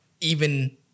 even-